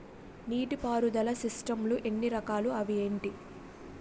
నీటిపారుదల సిస్టమ్ లు ఎన్ని రకాలు? అవి ఏంటి?